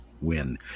win